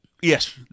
Yes